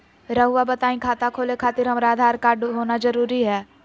रउआ बताई खाता खोले खातिर हमरा आधार कार्ड होना जरूरी है?